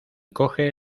coge